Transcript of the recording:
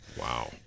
Wow